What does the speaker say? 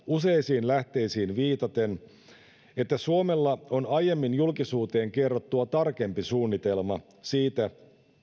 useisiin lähteisiin viitaten että suomella on aiemmin julkisuuteen kerrottua tarkempi suunnitelma siitä